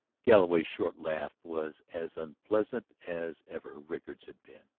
galloway's short laugh was as unpleasant as ever rickard's had been.